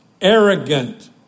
arrogant